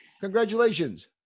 Congratulations